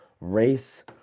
race